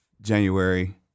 January